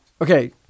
Okay